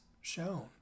shown